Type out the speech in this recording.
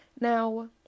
Now